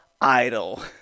Idol